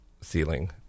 ceiling